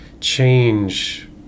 change